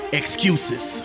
excuses